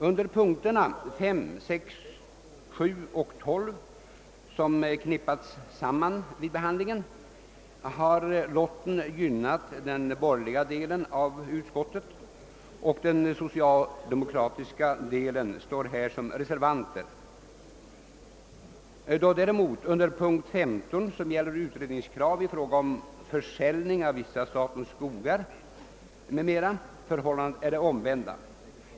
Under punkterna 5, 6, 7 och 12, som knippats samman vid behandlingen, har lotten gynnat den borgerliga delen av utskottet, och den socialdemokratiska delen står således som reservanter, medan under punkten 15, som gäller utredningskrav i fråga om försäljning av vissa statens skogar m.m., förhållandet är det omvända.